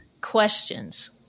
questions